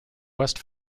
west